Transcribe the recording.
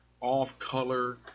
off-color